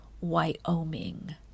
Wyoming